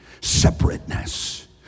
separateness